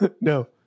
No